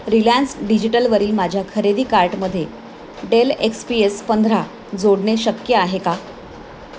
Reliance डिजिटलवरील माझ्या खरेदी कार्टमध्ये डेल एक्स पी एस पंधरा जोडणे शक्य आहे का